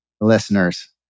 listeners